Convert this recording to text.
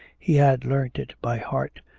he had learned it by heart,